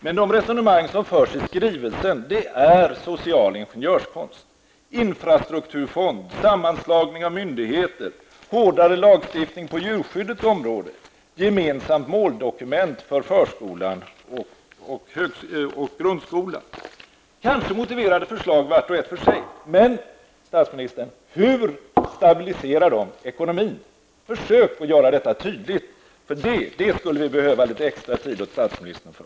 Men de resonemang som förs i skrivelsen är social ingenjörskonst: infrastrukturfond, sammanslagning av myndigheter, hårdare lagstiftning på djurskyddets område och gemensamt måldokument för förskolan och grundskolan. Detta är kanske motiverade förslag var och en för sig, men -- herr statsminister -- hur stabiliserar de ekonomin? Försök att göra detta tydligt. Det skulle statsministern behöva litet extra tid för.